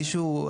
מישהו?